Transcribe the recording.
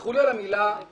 תסלחו לי על המילה הקשה,